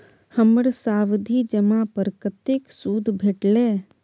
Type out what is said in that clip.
हमर सावधि जमा पर कतेक सूद भेटलै?